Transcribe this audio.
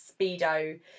speedo